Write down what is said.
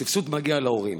הסבסוד מגיע להורים.